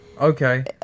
Okay